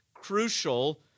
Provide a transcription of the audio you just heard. crucial